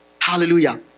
Hallelujah